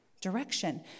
direction